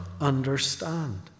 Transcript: understand